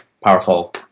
powerful